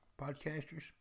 podcasters